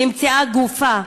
נמצאה גופה,